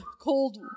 cold